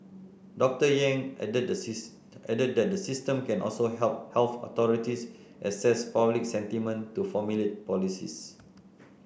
Doctor Yang added the added that the system can also help health authorities assess public sentiment to formulate policies